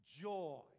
joy